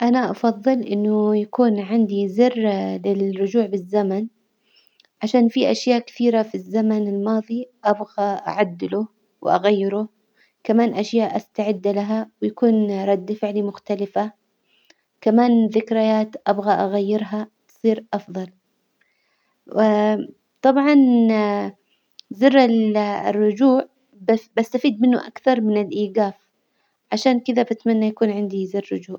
أنا أفظل إنه يكون عندي زر للرجوع بالزمن عشان فيه أشياء كثيرة في الزمن الماظي أبغى أعدله وأغيره، كمان أشياء أستعد لها ويكون رد فعلي مختلفة، كمان ذكريات أبغى أغيرها تصير أفضل، و طبعا زر الرجوع بس- بستفيد منه أكثر من الإيجاف، عشان كذا بتمنى يكون عندي زر رجوع.